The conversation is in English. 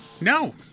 No